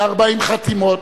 ל-40 חתימות.